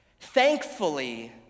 Thankfully